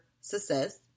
success